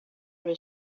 the